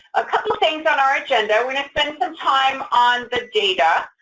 a couple of things on our agenda. we're going to spend some time on the data,